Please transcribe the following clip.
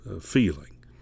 feeling